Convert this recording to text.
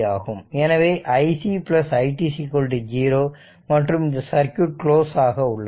எனவே iC i t 0 மற்றும் இந்த சர்க்யூட் க்ளோஸ் ஆக உள்ளது